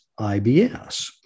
IBS